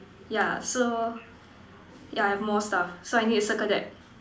yeah so yeah I have more stuff so I need to circle that